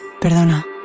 Perdona